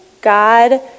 God